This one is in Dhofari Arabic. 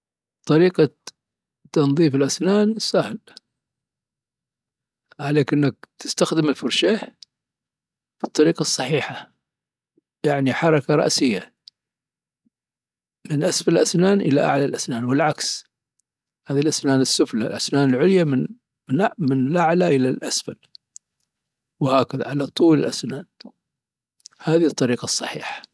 طريقة تنظيف الأسنان سهل. عليك انك تستخدم الفرشاة بالطريقة الصحيحة، يعني حركة رأسية، من أسفل االأسنان إلى أعلى الأسنان والعكس، هذي الأسنان السفلى، والأسنان العليا من من الأعلى إلى الأسفل. وهكذا على طول الأسنان. هذي الطريقة الصحيحة.